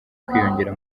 kwiyongera